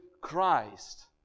Christ